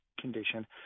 condition